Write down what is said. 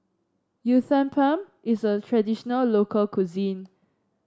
uthapam is a traditional local cuisine